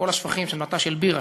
כל השפכים של מט"ש אל-בירה,